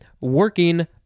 working